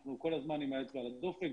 אנחנו כול הזמן עם האצבע על הדופק,